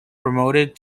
promoted